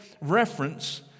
reference